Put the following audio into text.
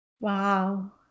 Wow